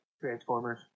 Transformers